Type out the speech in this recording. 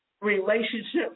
relationships